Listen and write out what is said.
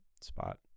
spot